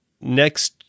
next